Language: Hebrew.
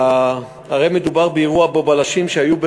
הרי מדובר באירוע שבו בלשים שעמדו